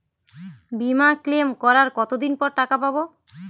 বিমা ক্লেম করার কতদিন পর টাকা পাব?